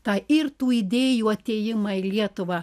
tą ir tų idėjų atėjimą į lietuvą